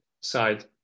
side